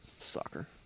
soccer